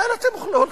לאן אתם הולכים?